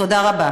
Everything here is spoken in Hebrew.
תודה רבה.